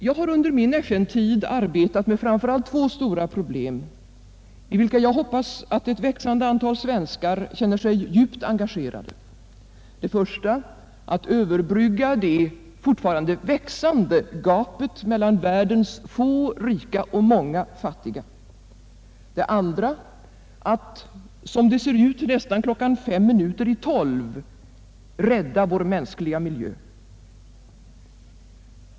Jag har under min FN-tid arbetat med framför allt två stora problem i vilka jag hoppas att ett växande antal svenskar känner sig djupt engagerade — det första att överbrygga det fortfarande växande gapet mellan världens få rika och många fattiga, det andra att när klockan ser ut att vara fem minuter i tolv rädda vår mänskliga miljö.